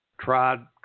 tried